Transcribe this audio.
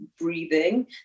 breathing